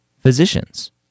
physicians